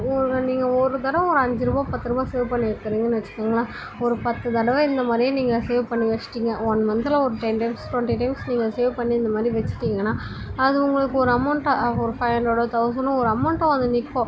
ஒரு நீங்கள் ஒரு தடவை ஒரு அஞ்சு ரூபா பத்து ரூபா சேவ் பண்ணி வைக்கிறீங்கன்னு வச்சுக்கோங்களேன் ஒரு பத்துத்தடவை இந்தமாதிரியே நீங்கள் சேவ் பண்ணி வச்சுட்டீங்க ஒன் மந்த்தில் ஒரு டென் டைம் ட்வெண்ட்டி டைம்ஸ் நீங்கள் சேவ் பண்ணி இந்தமாதிரி வச்சுட்டீங்கன்னா அது உங்களுக்கு ஒரு அமௌண்ட்டாக ஒரு ஃபைவ் ஹண்ட்ரடோ தௌசண்னோ ஒரு அமௌண்ட்டாக வந்து நிற்கும்